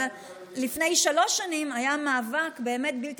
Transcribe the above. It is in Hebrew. אבל לפני שלוש שנים היה מאבק באמת בלתי